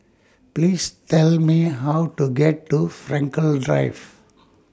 Please Tell Me How to get to Frankel Drive